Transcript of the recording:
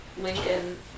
Lincoln